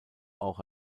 auch